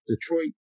Detroit